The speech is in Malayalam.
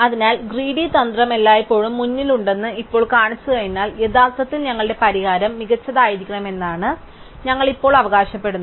അതിനാൽ ഗ്രീഡി തന്ത്രം എല്ലായ്പ്പോഴും മുന്നിലുണ്ടെന്ന് ഇപ്പോൾ കാണിച്ചുകഴിഞ്ഞാൽ യഥാർത്ഥത്തിൽ ഞങ്ങളുടെ പരിഹാരം മികച്ചതായിരിക്കണമെന്ന് ഞങ്ങൾ ഇപ്പോൾ അവകാശപ്പെടും